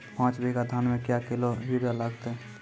पाँच बीघा धान मे क्या किलो यूरिया लागते?